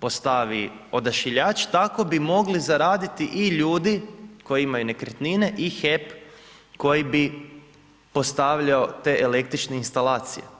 postavi odašiljač tako bi mogli zaraditi i ljudi koji imaju nekretnine i HEP koji bi postavljao te električne instalacije.